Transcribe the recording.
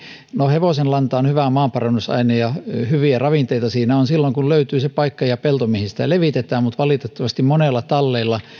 no hevosenlanta on hyvä maanparannusaine ja hyviä ravinteita siinä on silloin kun löytyy se paikka ja pelto mihin sitä levitetään mutta valitettavasti monella tallilla